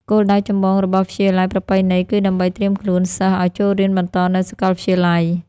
គោលដៅចម្បងរបស់វិទ្យាល័យប្រពៃណីគឺដើម្បីត្រៀមខ្លួនសិស្សឱ្យចូលរៀនបន្តនៅសាកលវិទ្យាល័យ។